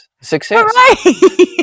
Success